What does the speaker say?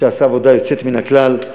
שעשה עבודה יוצאת מן הכלל.